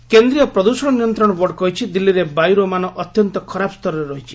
Delhi pollution କେନ୍ଦ୍ରୀୟ ପ୍ରଦୃଷଣ ନିୟନ୍ତ୍ରଣ ବୋର୍ଡ଼ କହିଛି ଦିଲ୍ଲୀରେ ବାୟୁର ମାନ ଅତ୍ୟନ୍ତ ଖରାପ ସ୍ତରରେ ରହିଛି